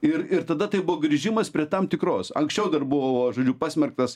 ir ir tada tai buvo grįžimas prie tam tikros anksčiau dar buvo žodžiu pasmerktas